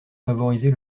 favoriser